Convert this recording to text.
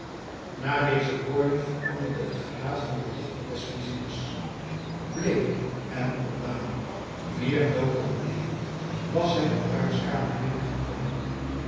na deze woorden veranderde het gelaat van de dochter des viziers bleek en ontdaan meer dood dan levend was zij de bruidskamer binnengekomen